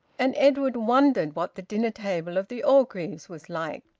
and edwin wondered what the dinner-table of the orgreaves was like.